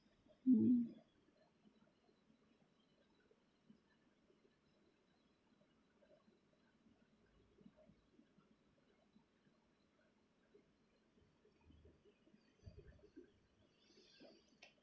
mm